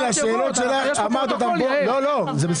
זה לא זה.